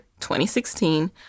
2016